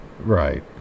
Right